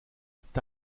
est